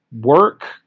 work